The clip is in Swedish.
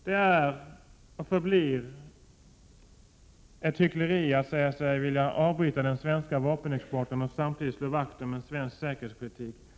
Det är och förblir ett hyckleri att säga sig vilja avbryta den svenska vapenexporten och samtidigt slå vakt om en svensk säkerhetspolitik.